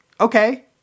okay